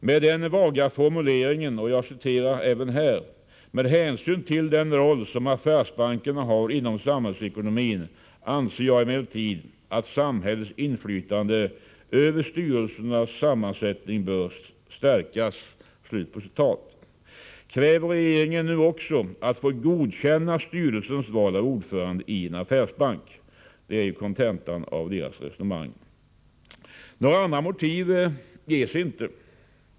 Med följande vaga formulering: ”Med hänsyn till den roll som affärsbankerna har inom samhällsekonomin anser jag emellertid att samhällets inflytande över styrelsernas sammansättning bör stärkas.” Kräver regeringen nu också att få godkänna styrelsens val av ordförande i en affärsbank? Det är ju kontentan av resonemanget. Några andra motiv ges inte.